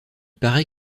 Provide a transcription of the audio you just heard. paraît